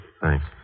Thanks